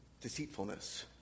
deceitfulness